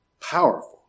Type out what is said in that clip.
powerful